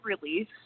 release